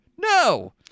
No